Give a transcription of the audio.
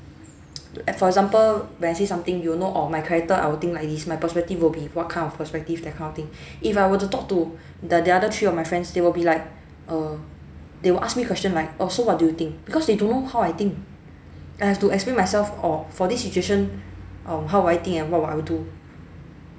for example when I say something you will know orh my character I will think like this my perspective will be what kind of perspective that kind of thing if I were to talk to the other three of my friends they will be like err they will ask me question right oh so what do you think because they don't know how I think I have to explain myself orh for this situation um how will I think and what I will do